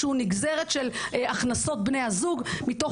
שהוא נגזרת של הכנסות בני הזוג מתוך